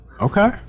Okay